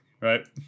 right